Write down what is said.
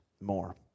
more